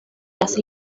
las